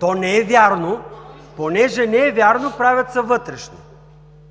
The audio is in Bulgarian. То не е вярно – понеже не е вярно, правят се вътрешни.